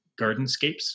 gardenscapes